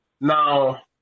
Now